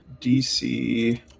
DC